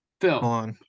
Phil